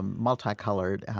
multi-colored,